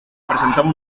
presentaba